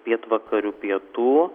pietvakarių pietų